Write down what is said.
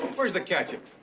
where's the ketchup?